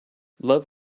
love